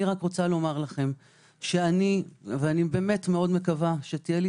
אני רוצה לומר לכם שאני מאוד מקווה שתהיה לי